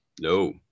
No